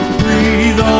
breathe